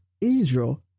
Israel